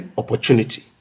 opportunity